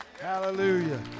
hallelujah